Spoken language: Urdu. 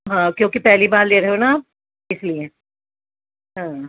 ہاں کیوںکہ پہلی لے رہے ہو نا آپ اس لیے ہاں